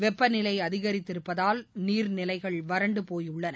வெப்பநிலை அதிகரித்திருப்பதால் நீர்நிலைகள் வறண்டு போயுள்ளன